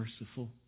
merciful